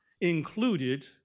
included